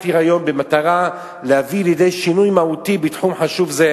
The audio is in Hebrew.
היריון במטרה להביא לידי שינוי מהותי בתחום חשוב זה.